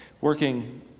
working